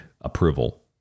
approval